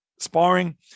sparring